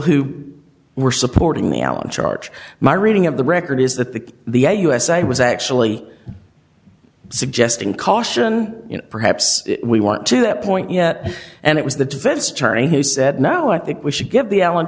who were supporting the allen charge my reading of the record is that the the a u s a was actually suggesting caution perhaps we want to that point yet and it was the defense attorney who said now i think we should give the al